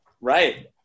Right